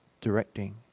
directing